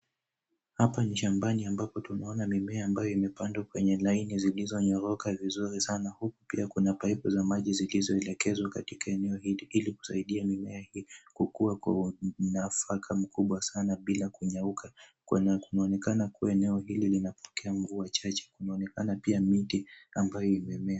Hapa ni shambani ambapo tunaona mimea ambayo imepandwa kwenye laini zilizonyoroka sana huku pia kuna paipu za maji zilizoelekezwa katika eneo hili ili kusaidia mimea hii kukua kwa unafaka mkubwa sana bila kunyauka. Kumeonekana kuwa eneo hili linapokea mvua chache, kunaonekana pia miti ambayo imemea.